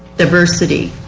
diversity.